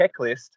checklist